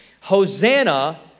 Hosanna